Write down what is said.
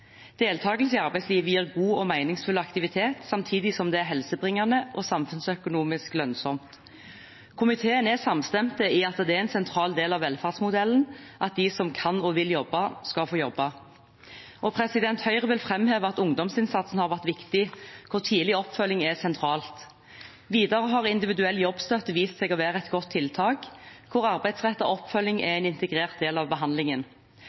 i arbeidslivet gir god og meningsfull aktivitet samtidig som det er helsebringende og samfunnsøkonomisk lønnsomt. Komiteen er samstemt i at det er en sentral del av velferdsmodellen at de som kan og vil jobbe, skal få jobbe. Høyre vil framheve at ungdomsinnsatsen har vært viktig, og tidlig oppfølging er sentralt. Videre har individuell jobbstøtte vist seg å være et godt tiltak, hvor arbeidsrettet oppfølging er en integrert del av behandlingen.